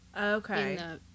Okay